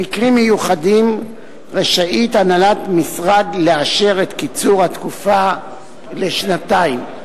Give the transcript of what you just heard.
במקרים מיוחדים רשאית הנהלת משרד לאשר את קיצור התקופה הנ"ל לשנתיים".